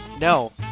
No